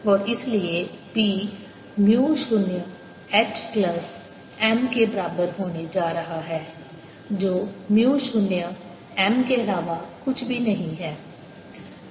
और इसलिए B mu 0 H plus M के बराबर होने जा रहा है जो म्यू 0 M के अलावा कुछ भी नहीं है